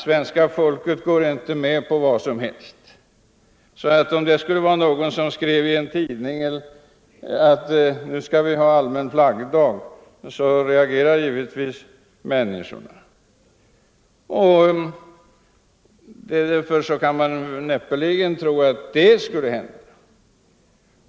Svenska folket går inte med på vad som helst, så om någon skrev i en tidning att vi nu skall ha allmän flaggdag skulle givetvis människorna reagera. Därför kan man näppeligen tro att det skulle hända.